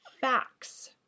facts